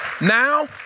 Now